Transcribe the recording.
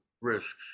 risks